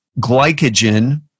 glycogen